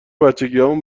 بچگیهامون